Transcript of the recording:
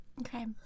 Okay